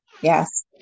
Yes